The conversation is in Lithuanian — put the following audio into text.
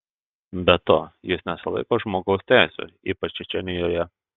be to jis nesilaiko žmogaus teisių ypač čečėnijoje